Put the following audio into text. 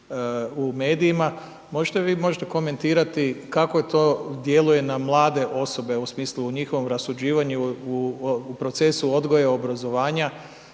u medijima, možda vi možete komentirati kako to djeluje na mlade osobe, u smislu rasuđivanja, u procesu odgoja i obrazovanja,